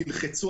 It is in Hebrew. תלחצו.